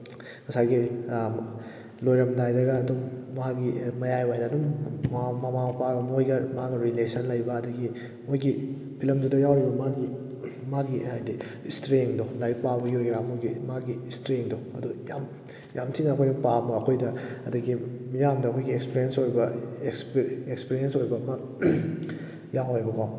ꯉꯁꯥꯏꯒꯤ ꯂꯣꯏꯔꯝꯗꯥꯏꯗꯒ ꯑꯗꯨꯝ ꯃꯥꯒꯤ ꯃꯌꯥꯏꯋꯥꯏꯗ ꯑꯗꯨꯝ ꯃꯃꯥ ꯃꯄꯥ ꯃꯣꯏꯒ ꯃꯥꯒ ꯔꯤꯂꯦꯁꯟ ꯂꯩꯕ ꯑꯗꯒꯤ ꯃꯣꯏꯒꯤ ꯐꯤꯂꯝꯗꯨꯗ ꯌꯥꯎꯔꯤꯕ ꯃꯥꯒꯤ ꯃꯥꯒꯤ ꯍꯥꯏꯗꯤ ꯏꯁꯇ꯭ꯔꯦꯡꯗꯣ ꯂꯥꯏꯔꯤꯛ ꯄꯥꯕꯒꯤ ꯑꯣꯏꯒꯦꯔꯥ ꯑꯃꯒꯤ ꯃꯥꯒꯤ ꯏꯁꯇ꯭ꯔꯦꯡꯗꯣ ꯑꯗꯣ ꯌꯥꯝ ꯌꯥꯝ ꯊꯤꯅ ꯑꯩꯈꯣꯏꯅ ꯄꯥꯝꯕ ꯑꯩꯈꯣꯏꯗ ꯑꯗꯒꯤ ꯃꯤꯌꯥꯝꯗ ꯑꯩꯈꯣꯏꯒꯤ ꯑꯦꯛꯁꯄ꯭ꯔꯦꯟꯁ ꯑꯣꯏꯕ ꯑꯦꯛꯁꯄ꯭ꯔꯦꯟꯁ ꯑꯣꯏꯕ ꯑꯃ ꯌꯥꯎꯋꯦꯕꯀꯣ